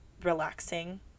relaxing